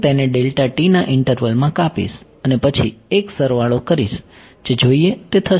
હું તેને ના ઈન્ટરવલમાં કાપીશ અને પછી એક સરવાળો કરીશ જે જોઈએ તે થશે